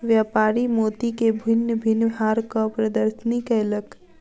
व्यापारी मोती के भिन्न भिन्न हारक प्रदर्शनी कयलक